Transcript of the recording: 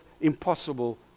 impossible